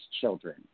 children